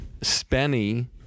Spenny